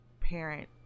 parent